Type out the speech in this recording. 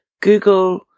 Google